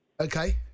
Okay